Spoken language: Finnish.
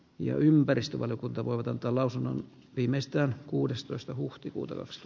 ja ympäristövaliokunta voivat antaa lausunnon viimeistään kuudestoista huhtikuuta jos